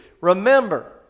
Remember